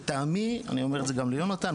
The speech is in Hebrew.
לטעמי אני אומר את זה גם ליהונתן,